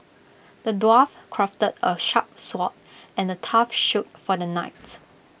the dwarf crafted A sharp sword and A tough shield for the knights